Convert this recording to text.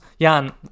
Jan